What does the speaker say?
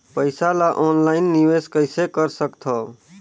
पईसा ल ऑनलाइन निवेश कइसे कर सकथव?